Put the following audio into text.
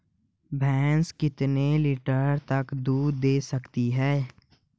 भैंस कितने लीटर तक दूध दे सकती है?